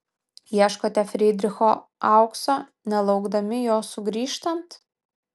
ieškote frydricho aukso nelaukdami jo sugrįžtant